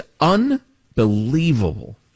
unbelievable